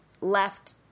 left